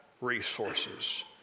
resources